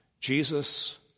Jesus